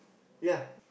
ya